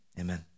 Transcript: amen